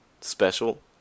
special